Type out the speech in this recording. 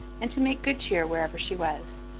and to make good cheer wherever she was.